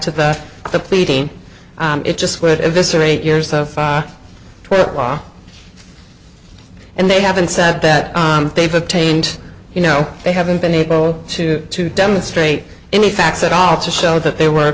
to the pleading it just would if this are eight years of law and they haven't said that they've obtained you know they haven't been able to to demonstrate any facts at all to show that they were